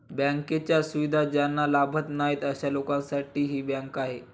बँकांच्या सुविधा ज्यांना लाभत नाही अशा लोकांसाठी ही बँक आहे